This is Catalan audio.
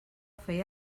feia